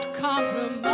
compromise